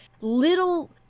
little